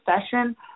session